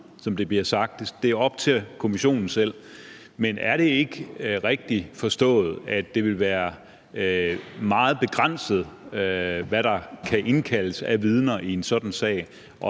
sagt er op til kommissionen selv. Men er det ikke rigtigt forstået, at det vil være meget begrænset, hvad der kan indkaldes af vidner i en sådan sag,